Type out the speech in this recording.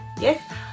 yes